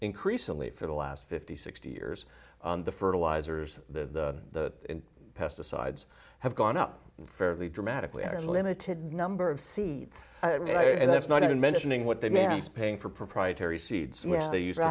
increasingly for the last fifty sixty years the fertilizers to pesticides have gone up fairly dramatically as a limited number of seats and that's not even mentioning what they mean is paying for proprietary seeds which they use i